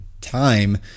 time